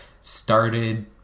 started